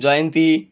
জয়ন্তী